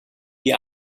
die